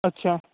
ਅੱਛਾ